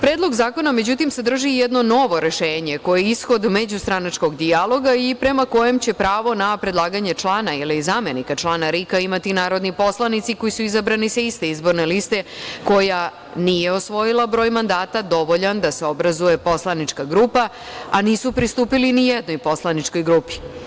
Predlog zakona, međutim, sadrži jedno novo rešenje koje je ishod međustranačkog dijaloga i prema kojem će pravo na predlaganje člana ili zamenika člana RIK-a imati narodni poslanici koji su izabrani sa iste izborne liste koja nije osvojila broj mandata dovoljan da se obrazuje poslanička grupa, a nisu pristupili nijednoj poslaničkoj grupi.